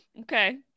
Okay